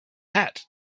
hat